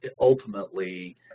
ultimately